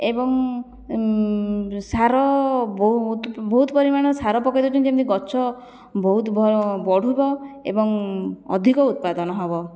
ଏବଂ ସାର ବହୁତ ବହୁତ ପରିମାଣରେ ସାର ପକେଇ ଦେଉଛନ୍ତି ଯେମିତି ଗଛ ବହୁତ ବଢ଼ିବ ଏବଂ ଅଧିକ ଉତ୍ପାଦନ ହେବ